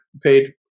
paid